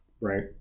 Right